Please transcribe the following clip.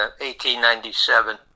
1897